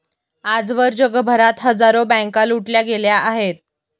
आजवर जगभरात हजारो बँका लुटल्या गेल्या आहेत